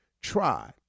try